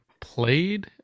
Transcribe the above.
played